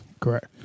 Correct